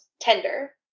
tender